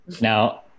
Now